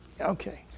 Okay